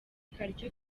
karyo